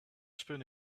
spoon